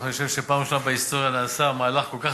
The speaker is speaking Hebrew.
אני חושב שבפעם הראשונה בהיסטוריה נעשה מהלך כל כך